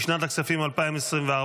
לשנת הכספים 2024,